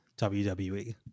WWE